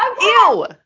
Ew